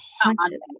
haunted